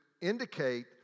indicate